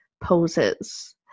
poses